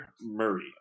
Murray